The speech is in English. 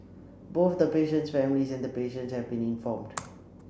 both the patient's family and the patient have been informed